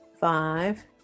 five